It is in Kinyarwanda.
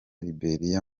liberia